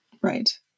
Right